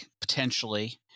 potentially